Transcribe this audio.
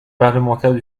parlementaires